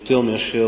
יותר מאשר